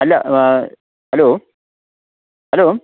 അല്ല hello hello